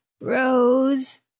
Rose